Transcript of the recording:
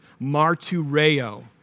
martureo